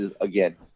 again